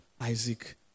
Isaac